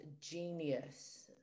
genius